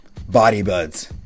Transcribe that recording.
Bodybuds